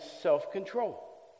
self-control